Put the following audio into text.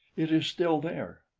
it is still there,